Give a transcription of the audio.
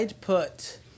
put